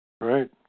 Right